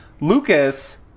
Lucas